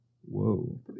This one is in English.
Whoa